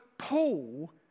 Paul